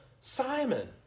Simon